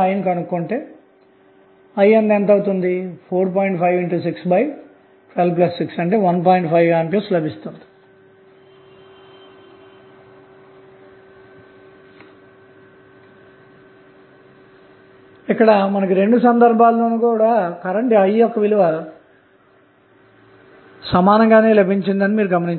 1 v0R2 v0R3 v0R0 v0VTh2V లభిస్తుంది కాబట్టి గరిష్టమైన పవర్ బదిలీ పరిస్థితిఅన్నది PmaxVTh24RTh3mW అయితే RThR3VTh24Pmax443mW⇒R1k కాబట్టి సర్క్యూట్లో తెలియని రెసిస్టెన్స్ R యొక్క విలువ మనకు లభించడమే కాకుండా